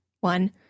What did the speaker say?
one